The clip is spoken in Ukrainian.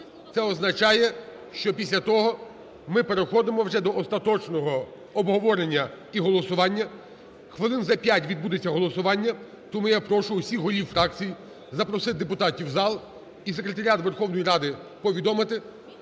Це означає, що після того ми переходимо вже до остаточного обговорення і голосування. Хвилин за п'ять відбудеться голосування. Тому я прошу усіх голів фракцій запросити депутатів в зал і секретаріат Верховної Ради повідомити,